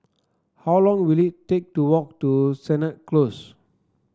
how long will it take to walk to Sennett Close